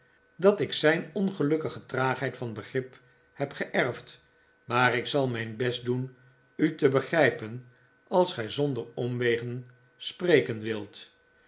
dat ik zijn ongelukkige traagheid van begrip heb geerfd maar ik zal mijn best doen u te begrijpen als gij zonder omwegen spreken wilt